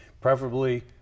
preferably